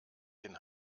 den